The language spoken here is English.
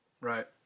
Right